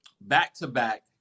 back-to-back